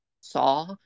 saw